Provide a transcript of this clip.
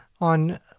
on